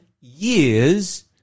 years